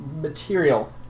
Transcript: material